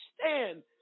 stand